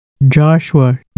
joshua